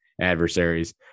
adversaries